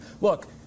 Look